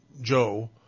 Joe